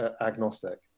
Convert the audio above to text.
agnostic